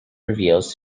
reveals